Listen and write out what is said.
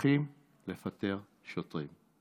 הולכים לפטר שוטרים.